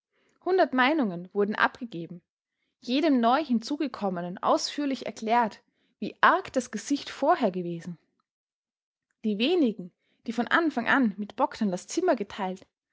hundert meinungen wurden abgegeben jedem neuhinzugekommenen ausführlich erklärt wie arg das gesicht vorher gewesen die wenigen die von anfang an mit bogdn das zimmer geteilt